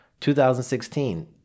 2016